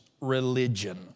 Religion